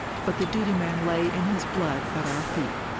but the duty man lay in his blood at our feet.